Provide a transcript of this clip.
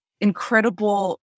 incredible